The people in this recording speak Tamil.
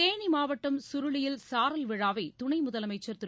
தேனி மாவட்டம் சுருளியில் சாரல் விழாவை துணை முதலமைச்சர் திரு